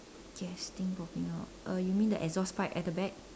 it has a thing popping out uh you mean the exhaust pipe at the back